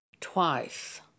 twice